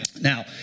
Now